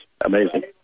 amazing